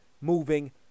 moving